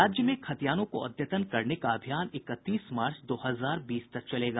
राज्य में खतियानों को अद्यतन करने का अभियान इकतीस मार्च दो हजार बीस तक चलेगा